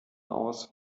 aus